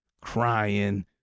crying